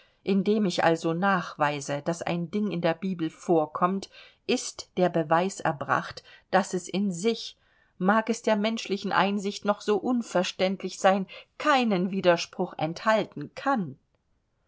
indem ich also nachweise daß ein ding in der bibel vorkommt ist der beweis erbracht daß es in sich mag es der menschlichen einsicht noch so unverständlich sein keinen widerspruch enthalten kann